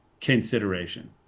consideration